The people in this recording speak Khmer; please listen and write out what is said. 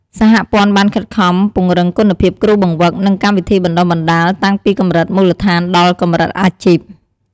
សហព័ន្ធបានខិតខំពង្រឹងគុណភាពគ្រូបង្វឹក និងកម្មវិធីបណ្ដុះបណ្ដាលតាំងពីកម្រិតមូលដ្ឋានដល់កម្រិតអាជីព។